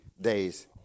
days